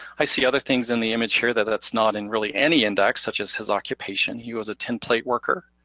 i see other things in the image here that that's not in really any index, such as his occupation, he was a template worker.